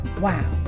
wow